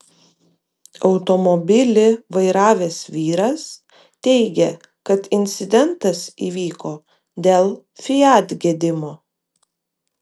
automobilį vairavęs vyras teigė kad incidentas įvyko dėl fiat gedimo